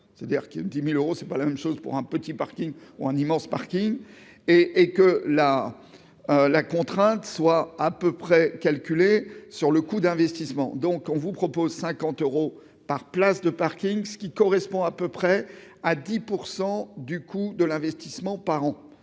c'est-à-dire qu'il ait une dix mille euros c'est pas la même chose pour un petit Parking ou un immense Parking et et que la la contrainte, soit à peu près, calculé sur le coût d'investissement, donc on vous propose 50 euros par place de Parking, ce qui correspond à peu près à 10 % du coût de l'investissement par an,